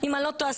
אם אני לא טועה,